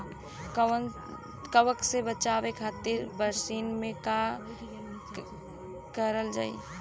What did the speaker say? कवक से बचावे खातिन बरसीन मे का करल जाई?